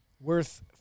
worth